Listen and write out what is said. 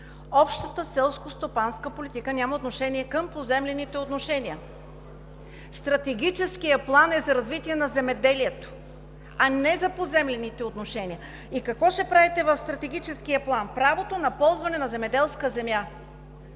Общата селскостопанска политика няма отношение към поземлените отношения. Стратегическият план е за развитие на земеделието, а не за поземлените отношения. И какво ще правите в Стратегическия план? Правото на ползване на земеделска земя